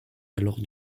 alors